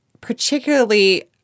particularly